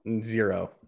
zero